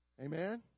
Amen